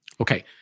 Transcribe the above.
Okay